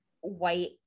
white